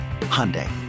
Hyundai